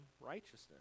righteousness